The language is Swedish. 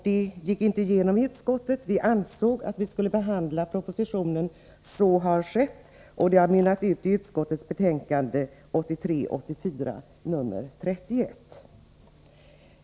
Detta gick inte igenom i utskottet. Vi ansåg att vi skulle behandla propositionen nu. Så har skett, och det har mynnat ut i socialförsäkringsutskottets betänkande 1983/84:31.